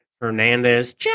Hernandez